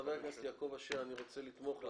חבר הכנסת יעקב אשר, אני רוצה לתמוך בתקנות.